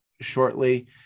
shortly